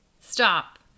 Stop